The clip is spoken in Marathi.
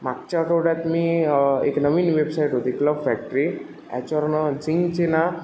मागच्या आठवड्यात मी एक नवीन वेबसाइट होती क्लब फॅक्टरी याच्यावरून झिंगचेना